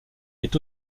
est